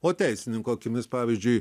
o teisininko akimis pavyzdžiui